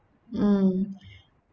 mm